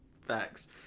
Facts